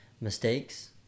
mistakes